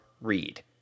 read